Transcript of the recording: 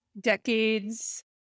decades